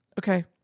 Okay